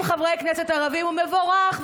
עם חברי כנסת ערבים הוא מבורך,